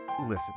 Listen